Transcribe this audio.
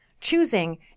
Choosing